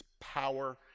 power